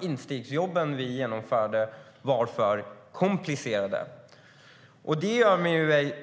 Instegsjobben, som vi genomförde, var för komplicerade. Det gör mig då